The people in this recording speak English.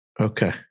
Okay